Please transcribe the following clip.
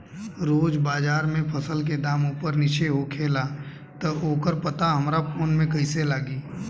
रोज़ बाज़ार मे फसल के दाम ऊपर नीचे होखेला त ओकर पता हमरा फोन मे कैसे लागी?